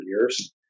years